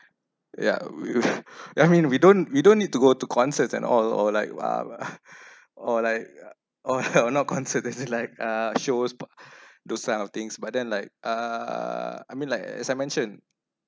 yeah we I mean we don't we don't need to go to concerns and all or like ah or like or or not concert as it like uh shows those sign of things but then like err I mean like as I mentioned